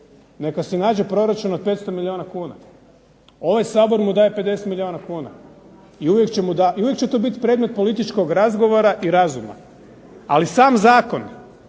neka si nađe proračun od 500 milijuna kuna. Ovaj Sabor mu daje 50 milijuna kuna. I uvijek će to biti predmet političkog razgovora i razuma. Ali sam zakon